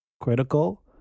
critical